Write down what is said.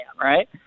right